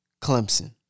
Clemson